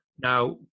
Now